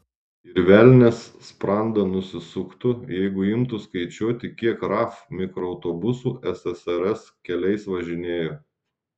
ir velnias sprandą nusisuktų jeigu imtų skaičiuoti kiek raf mikroautobusų ssrs keliais važinėjo